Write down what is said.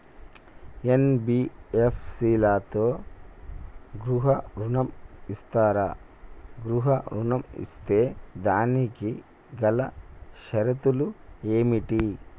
NBFC లలో గృహ ఋణం ఇస్తరా? గృహ ఋణం ఇస్తే దానికి గల షరతులు ఏమిటి?